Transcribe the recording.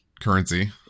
currency